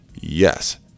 Yes